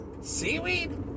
Seaweed